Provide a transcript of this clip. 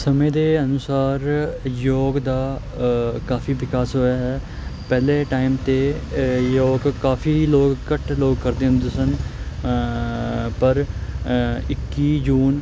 ਸਮੇਂ ਦੇ ਅਨੁਸਾਰ ਯੋਗ ਦਾ ਕਾਫੀ ਵਿਕਾਸ ਹੋਇਆ ਹੈ ਪਹਿਲੇ ਟਾਈਮ ਤੇ ਯੋਗ ਕਾਫੀ ਲੋਕ ਘੱਟ ਲੋਕ ਕਰਦੇ ਹੁੰਦੇ ਸਨ ਪਰ ਇੱਕੀ ਜੂਨ